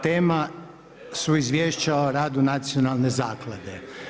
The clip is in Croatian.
Tema su Izvješća o radu Nacionalne zaklade.